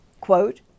quote